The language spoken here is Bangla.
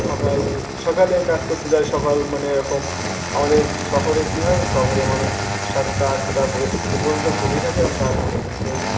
সকাল সকালে কাজ করতে যায় সকাল মানে এ রকম আমাদের শহরে কী হয় শহরে মানুষ সাতটা আটটা পর্যন্ত ঘুমিয়ে থাকে এবং তারপরে ওটা কিন্তু